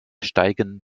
steigen